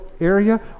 Area